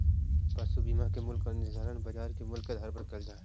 पशु बीमा के मूल्य का निर्धारण बाजार मूल्य के आधार पर करल जा हई